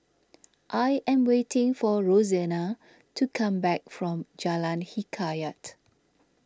I am waiting for Rosena to come back from Jalan Hikayat